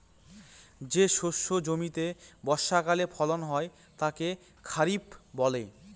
যে শস্য জমিতে বর্ষাকালে ফলন হয় তাকে খরিফ বলে